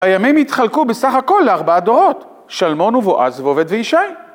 הימים התחלקו בסך הכל לארבעה דורות, שלמון ובועז ועובד וישי.